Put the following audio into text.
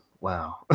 wow